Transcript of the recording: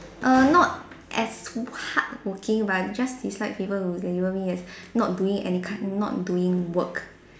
err not as hardworking but I just dislike people who label me as not doing any kind not doing work